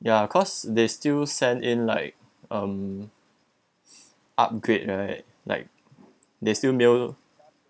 ya cause they still send in like um upgrade right like they still mail